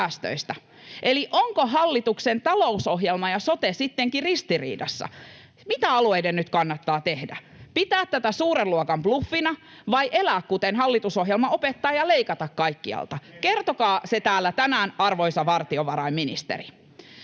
Eli ovatko hallituksen talousohjelma ja sote sittenkin ristiriidassa keskenään? Mitä alueiden nyt kannattaa tehdä: pitää tätä suuren luokan bluffina vai elää kuten hallitusohjelma opettaa ja leikata kaikkialta? Kertokaa se täällä tänään, arvoisa valtiovarainministeri.